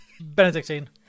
Benedictine